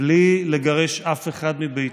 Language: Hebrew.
בלי לגרש אף אחד מביתו,